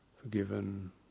forgiven